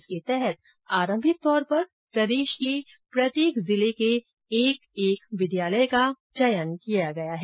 इसके तहत आरंभिक तौर पर प्रदेश के प्रत्येक जिले के एक विद्यालय का चयन किया गया है